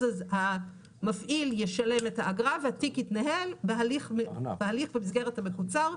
אז המפעיל ישלם את האגרה והתיק יתנהל בהליך במסגרת המקוצרת,